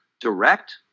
direct